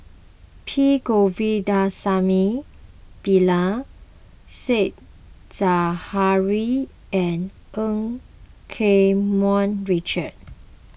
P Govindasamy Pillai Said Zahari and Eu Keng Mun Richard